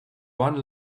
one